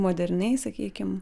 moderniai sakykim